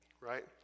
right